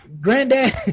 granddad